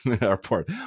Airport